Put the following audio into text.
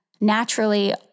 naturally